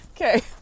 Okay